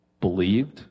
believed